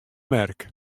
merk